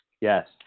Yes